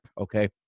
okay